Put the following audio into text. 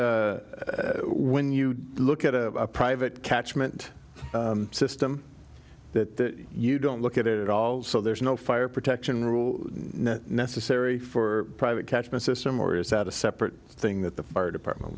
when you look at a private catchment system that you don't look at it at all so there's no fire protection rule necessary for private catchment system or is that a separate thing that the fire department